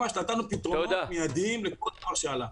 נתנו פתרונות מידיים לכל דבר שעלה.